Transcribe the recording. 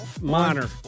Minor